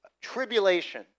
tribulation